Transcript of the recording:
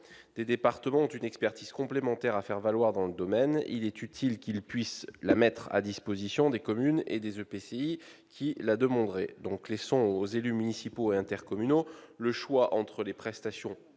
des départements ont une expertise complémentaire à faire valoir dans le domaine : il est utile qu'ils puissent la mettre à disposition des communes et des EPCI qui la solliciteraient. Laissons aux élus municipaux et intercommunaux le choix entre les prestations